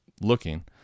looking